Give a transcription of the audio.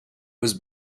was